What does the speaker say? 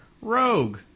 Rogue